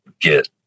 get